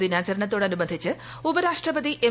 ദിനാചരണത്തോടനുബന്ധിച്ച് ഉപരാഷ്ട്രപതി എം